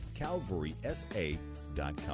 calvarysa.com